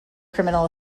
criminal